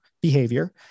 behavior